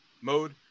mode